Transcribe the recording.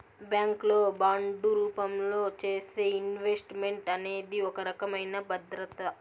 bank లో bond రూపంలో చేసే ఇన్వెస్ట్ మెంట్ అనేది ఒక రకమైన భద్రత